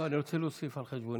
לא, אני רוצה להוסיף על חשבוני.